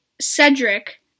Cedric